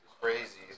crazy